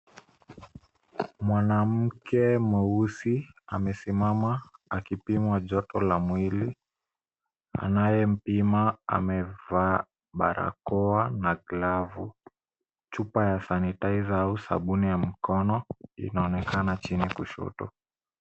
Mwanamke mweusi amesimama akipimwa joto la mwili anaye mpima amevaa barakoa na glavu. Chupa ya sanitizer au sabuni ya mkono inaonekana chini kushoto.